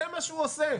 זה מה שהוא עושה.